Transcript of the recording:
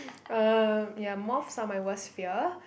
um ya moths are my worse fear